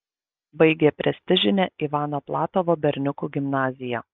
baigė prestižinę ivano platovo berniukų gimnaziją